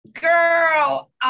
girl